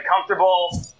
comfortable